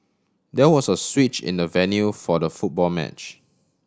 there was a switch in the venue for the football match